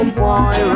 boy